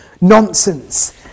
nonsense